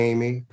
Amy